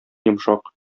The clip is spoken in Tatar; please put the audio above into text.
йомшак